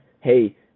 hey